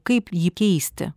kaip jį keisti